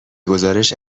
گزارش